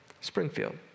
Springfield